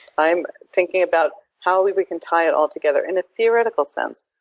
i'm thinking about how we we can tie it all together in a theoretical sense.